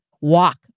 walk